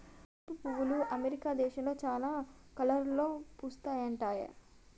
tulip పువ్వులు America దేశంలో చాలా కలర్లలో పూస్తుంటాయట